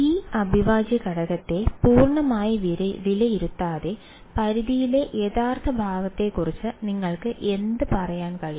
ഈ അവിഭാജ്യ ഘടകത്തെ പൂർണ്ണമായി വിലയിരുത്താതെ പരിധിയിലെ യഥാർത്ഥ ഭാഗത്തെക്കുറിച്ച് നിങ്ങൾക്ക് എന്ത് പറയാൻ കഴിയും